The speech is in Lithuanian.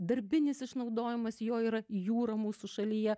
darbinis išnaudojimas jo yra jūra mūsų šalyje